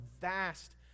vast